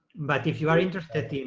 but if you are interested